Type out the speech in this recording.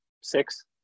six